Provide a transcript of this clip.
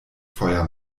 feuer